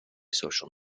social